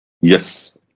Yes